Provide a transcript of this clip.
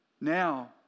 Now